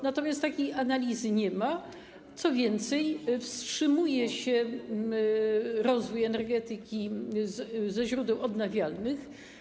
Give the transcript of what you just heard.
Natomiast takiej analizy nie ma, co więcej, wstrzymuje się rozwój energetyki ze źródeł odnawialnych.